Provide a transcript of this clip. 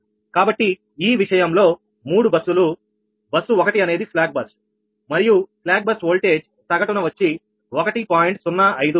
కాబట్టి ఈ విషయంలో మూడు బస్సులు బస్సు 1 అనేది స్లాక్ బస్ మరియు స్లాక్ బస్ ఓల్టేజ్ సగటున వచ్చి 1